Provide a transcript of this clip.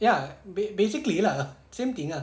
ya bas~ basically lah same thing ah